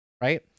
right